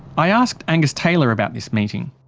i asked angus taylor about this meeting.